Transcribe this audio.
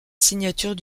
signature